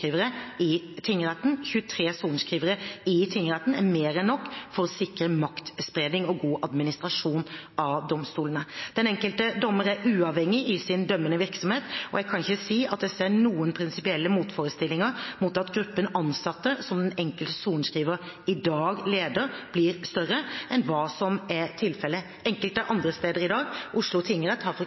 i tingrettene. 23 sorenskrivere i tingrettene er mer enn nok for å sikre maktspredning og god administrasjon av domstolene. Den enkelte dommer er uavhengig i sin dømmende virksomhet, og jeg kan ikke si at jeg ser noen prinsipielle motforestillinger mot at gruppen ansatte som den enkelte sorenskriver leder, blir større enn hva som er tilfellet enkelte steder i dag. Oslo tingrett